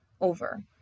over